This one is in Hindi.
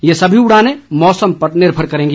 ये सभी उड़ानें मौसम पर निर्भर करेंगी